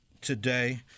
Today